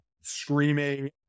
screaming